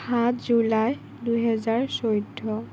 সাত জুলাই দুহেজাৰ চৈধ্য